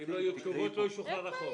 אם לא יהיו תשובות, לא ישוחרר החוק.